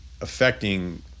affecting